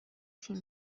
تیم